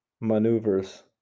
maneuvers